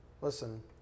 Listen